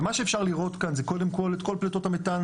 ומה שאפשר לראות כאן זה קודם כל את כל פליטות המתאן